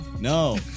No